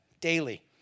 daily